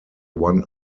one